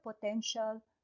potential